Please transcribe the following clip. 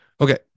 Okay